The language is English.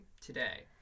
Today